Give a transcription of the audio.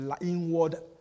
inward